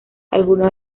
algunos